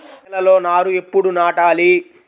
నేలలో నారు ఎప్పుడు నాటాలి?